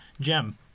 gem